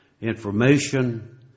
information